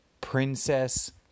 princess